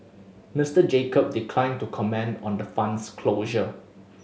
Mister Jacob declined to comment on the fund's closure